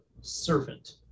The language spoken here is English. servant